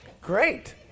Great